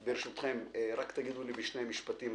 ברשותכם, רק תגידו לי בשני משפטים